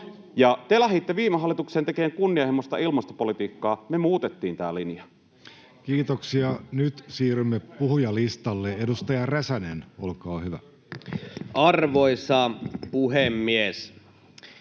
Te lähditte viime hallitukseen tekemään kunnianhimoista ilmastopolitiikkaa. Me muutettiin tämä linja. Kiitoksia. — Nyt siirrymme puhujalistalle. — Edustaja Räsänen, olkaa hyvä. Arvoisa puhemies!